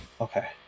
okay